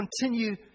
continue